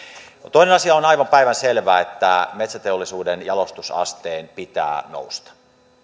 toinen asia on aivan päivänselvää että metsäteollisuuden jalostusasteen pitää nousta